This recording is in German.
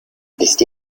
wisst